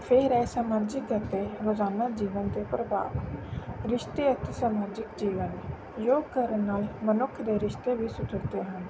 ਫਿਰ ਇਹ ਸਮਾਜਿਕ ਅਤੇ ਰੋਜ਼ਾਨਾ ਜੀਵਨ ਦੇ ਪ੍ਰਭਾਵ ਰਿਸ਼ਤੇ ਅਤੇ ਸਮਾਜਿਕ ਜੀਵਨ ਯੋਗ ਕਰਨ ਨਾਲ ਮਨੁੱਖ ਦੇ ਰਿਸ਼ਤੇ ਵੀ ਸੁਧਰਦੇ ਹਨ